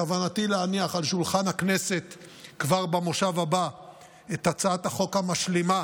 בכוונתי להניח על שולחן הכנסת כבר במושב הבא את הצעת החוק המשלימה